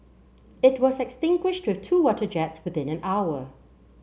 it was extinguished with two water jets within an hour